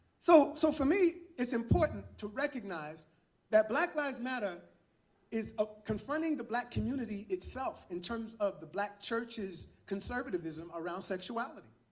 so so for me, it's important to recognize that black lives matter is ah confronting the black community itself in terms of the black churches' conservatism around sexuality.